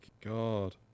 god